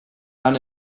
lan